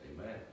Amen